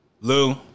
Lou